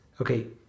okay